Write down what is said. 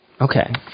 Okay